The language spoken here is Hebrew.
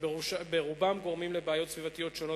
שרובם גורמים לבעיות סביבתיות שונות,